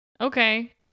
Okay